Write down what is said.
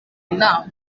inama